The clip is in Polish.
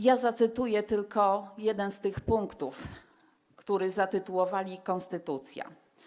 Ja zacytuję tylko jeden z tych punktów, który zatytułowali: konstytucja.